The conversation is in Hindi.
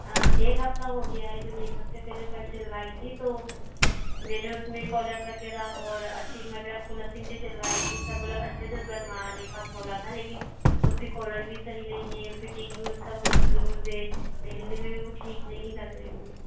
एक हफ़्ता हो गया हे मैंने एक हफ़्ते पहले सर्ट सिलवाई थी तो मैंने उसमें कॉलर वगैरह और आस्तीन वगैरह फ़ुल आस्तीन की सिलवाई थी सब मतलब अच्छे से बनवाने का बोला था लेकिन उसकी कॉलर भी सही नहीं है फिटिंग भी उसका बहुत लूज़ है पहनने में भी वो ठीक नहीं लग रही है